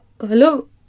Hello